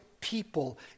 people